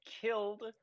killed